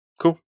Cool